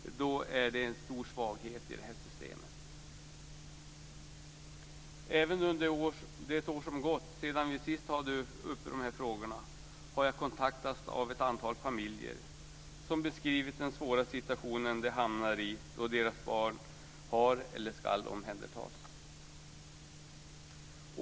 Även under det år som har gått sedan vi sist hade dessa frågor uppe till behandling har jag kontaktats av ett antal familjer som har beskrivit den svåra situation de har hamnat i då deras barn har eller ska omhändertas.